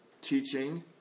teaching